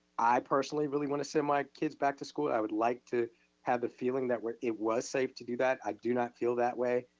i personally really wanna send my kids back to school. i would like to have a feeling that it was safe to do that. i do not feel that way.